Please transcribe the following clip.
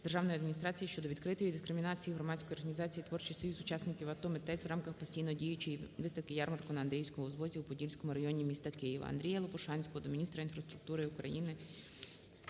державної адміністрації щодо відкритої дискримінації Громадської організації Творчий союз учасників АТО "Митець" в рамках постійно діючої виставки-ярмарку на Андріївському узвозі у Подільському районі міста Києва. АндріяЛопушанського до міністра інфраструктури України,